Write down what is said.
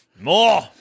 More